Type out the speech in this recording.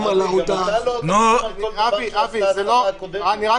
אני רק